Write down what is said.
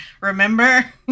Remember